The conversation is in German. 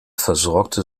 versorgte